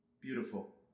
Beautiful